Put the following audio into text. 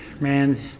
man